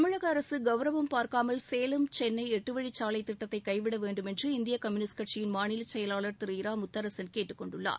தமிழக அரசு கவுரம் பார்க்காமல் சேலம் சென்னை எட்டு வழி சாலை திட்டத்தை கைவிட வேண்டும் என்று இந்திய கம்யூனிஸ்ட் கட்சியின் மாநில செயலர் திரு இரா முத்தரசன் கேட்டுக்கொண்டுள்ளார்